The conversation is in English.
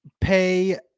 pay